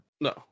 No